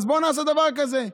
אז בוא נעשה דבר כזה: